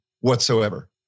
whatsoever